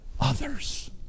others